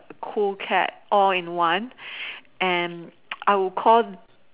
cool cat all in one and I would call